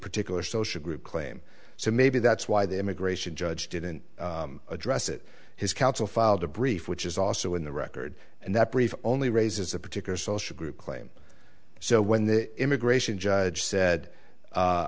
particular social group claim so maybe that's why the immigration judge didn't address it his counsel filed a brief which is also in the record and that brief only raises a particular social group claim so when the immigration judge said